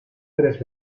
tres